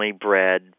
bred